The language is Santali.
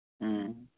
ᱦᱩᱸ